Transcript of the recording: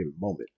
moment